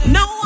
no